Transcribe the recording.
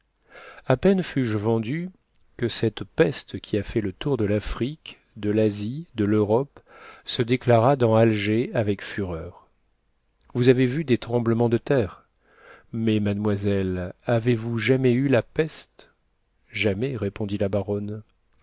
a peine fus-je vendue que cette peste qui a fait le tour de l'afrique de l'asie de l'europe se déclara dans alger avec fureur vous avez vu des tremblements de terre mais mademoiselle avez-vous jamais eu la peste jamais répondit la baronne